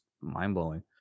mind-blowing